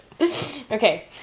Okay